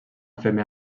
femer